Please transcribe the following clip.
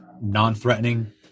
non-threatening